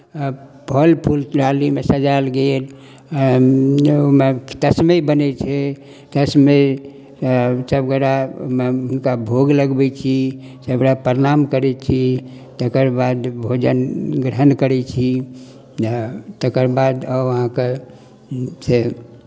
फल फूल डालीमे सजायल गेल तस्मै बनै छै तस्मै सभगोटे हुनका भोग लगबै छी सभगोटे प्रणाम करै छी तकर बाद भोजन ग्रहण करै छी हँ तकर बाद आब अहाँकेँ से